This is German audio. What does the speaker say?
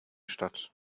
statt